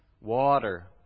Water